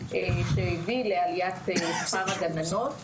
שהביא לעליית שכר הגננות,